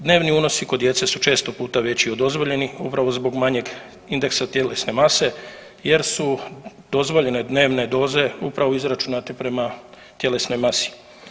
Dnevni unosi kod djece su često puta veći od dozvoljenih upravo zbog manjeg indeksa tjelesne mase jer se dozvoljene dnevne doze upravo izračunate prema tjelesnoj masi.